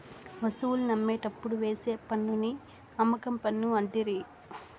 వస్తువుల్ని అమ్మేటప్పుడు వేసే పన్నుని అమ్మకం పన్ను అంటిరి